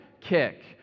Kick